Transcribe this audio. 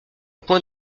point